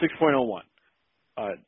6.01